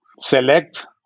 select